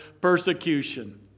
persecution